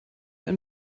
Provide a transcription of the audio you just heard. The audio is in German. ein